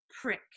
prick